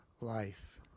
life